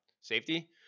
safety